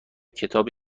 کتاب